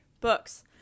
books